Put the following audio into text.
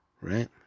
right